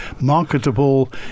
marketable